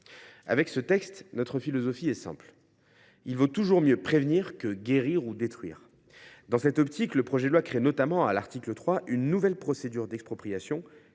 Avec ce texte, notre philosophie est simple : mieux vaut prévenir que guérir ou détruire. Dans cette optique, le projet de loi crée notamment, à l’article 3, une nouvelle procédure d’expropriation,